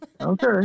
Okay